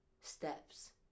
Steps